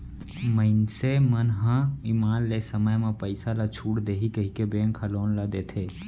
मइनसे मन ह बने ईमान ले समे म पइसा ल छूट देही कहिके बेंक ह लोन ल देथे